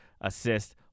assist